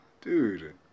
Dude